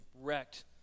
wrecked